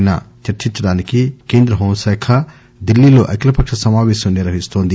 పై చర్చించడానికి కేంద్ర హోం శాఖ ఢిల్లీ లో అఖిలపక్ష సమావేశాన్ని నిర్వహిస్తోంది